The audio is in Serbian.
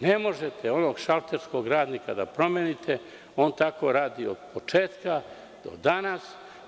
Ne možete onog šalterskog radnika da promenite, on tako radi od početka do danas.